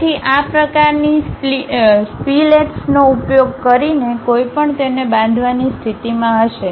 તેથી આ પ્રકારની સ્પિલેટ્સનો ઉપયોગ કરીને કોઈ પણ તેને બાંધવાની સ્થિતિમાં હશે